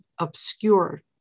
obscured